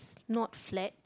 not flat